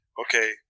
okay